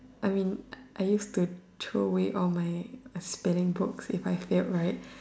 I mean I I used to throw away all my spelling books if I failed right